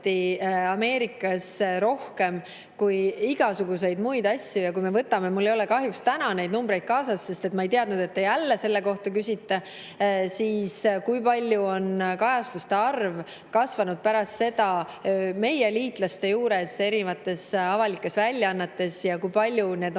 Ameerikas rohkem kui igasuguseid muid asju. Kui me [vaatame] – mul ei ole kahjuks täna neid numbreid kaasas, sest ma ei teadnud, et te jälle selle kohta küsite –, kui palju on kasvanud kajastuste arv meie liitlaste juures erinevates avalikes väljaannetes ja kui paljud neist on